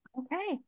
Okay